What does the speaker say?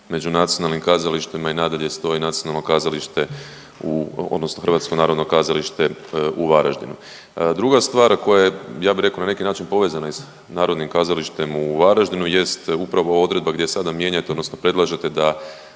među nacionalnim kazalištima i nadalje stoji Nacionalno kazalište odnosno HNK u Varaždinu. Druga stvar koja je, ja bi rekao na neki način povezana i s Narodnim kazalištem u Varaždinu jest upravo odredba gdje sada mijenjate odnosno predlažete da